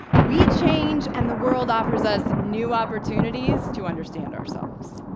we change and the world offers us new opportunities to understand ourselves.